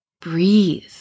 breathe